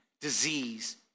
disease